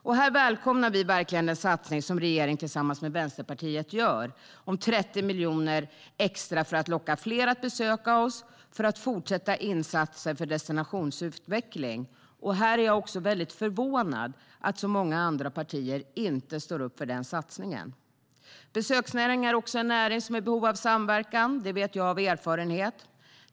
Vi välkomnar verkligen den satsning som regeringen gör tillsammans med Vänsterpartiet om 30 miljoner extra för att locka fler att besöka oss och för att fortsätta insatserna för destinationsutveckling. Här är jag mycket förvånad över att så många andra partier inte står upp för denna satsning. Besöksnäringen är också en näring som är i behov av samverkan; det vet jag av erfarenhet.